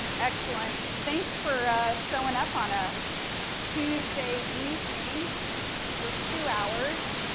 excellent. thanks for showing up on a tuesday evening for two hours,